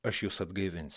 aš jus atgaivins